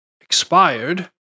expired